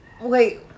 Wait